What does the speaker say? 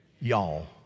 Y'all